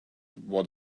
what